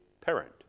parent